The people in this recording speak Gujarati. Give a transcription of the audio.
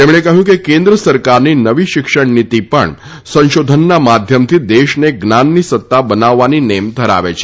તેમણે કહ્યું કે કેન્દ્ર સરકારની નવી શિક્ષણનીતિ પણ સંશોધનના માધ્યમથી દેશને જ્ઞાનની સત્તા બનાવવાની નેમ ધરાવે છે